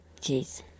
jeez